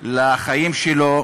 לחיים שלו.